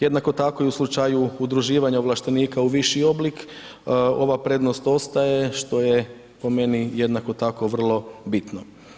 Jednako tako, i u slučaju udruživanja ovlaštenika u viši oblik, ova prednost ostaje, što je po meni, jednako tako vrlo bitno.